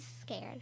scared